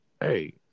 hey